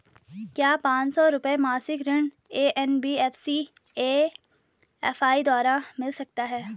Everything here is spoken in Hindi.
क्या पांच सौ रुपए मासिक ऋण एन.बी.एफ.सी एम.एफ.आई द्वारा मिल सकता है?